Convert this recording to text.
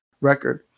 record